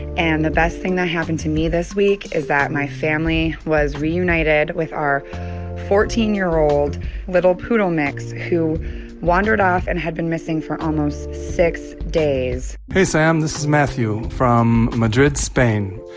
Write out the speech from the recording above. and the best thing that happened to me this week is that my family was reunited with our fourteen year old little poodle mix, who wandered off and had been missing for almost six days hey, sam. this is matthew from madrid, spain.